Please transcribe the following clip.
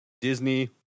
Disney